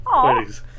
please